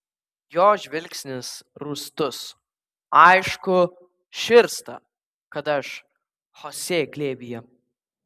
jo žvilgsnis rūstus aišku širsta kad aš chosė glėbyje